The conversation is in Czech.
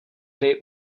hry